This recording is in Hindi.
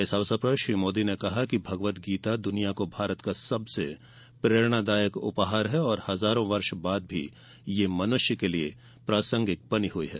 इस अवसर पर श्री मोदी ने कहा कि भगवद ्गीता दुनिया को भारत का सबसे प्रेरणादायक उपहार है और हजारों वर्ष बाद भी यह मनुष्य के लिए प्रासंगिक बनी हुई है